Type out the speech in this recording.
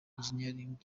engineering